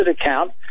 account